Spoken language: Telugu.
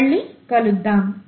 మళ్లీ కలుద్దాము